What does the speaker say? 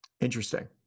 Interesting